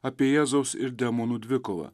apie jėzaus ir demonų dvikovą